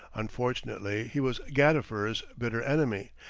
unfortunately he was gadifer's bitter enemy,